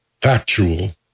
factual